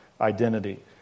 identity